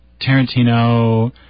Tarantino